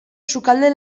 sukalde